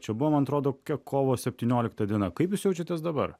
čia buvo man atrodo kokia kovo septyniolikta diena kaip jūs jaučiatės dabar